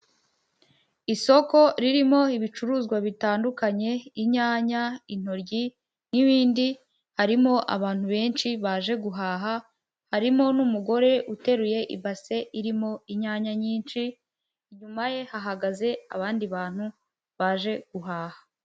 Isoko ririmo ibicuruzwa bitandukanye, inyanya, intoryi n'ibindi, harimo abantu benshi baje guhaha harimo n'umugore uteruye ibase irimo inyanya nyinshi, inyuma ye hahagaze abandi bantu baje guhaha.